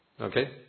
okay